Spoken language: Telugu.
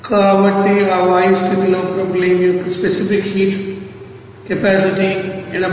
కాబట్టి ఆ వాయు స్థితిలో ప్రొపైలిన్ యొక్కస్పెసిఫిక్ హీట్ కెపాసిటీ 82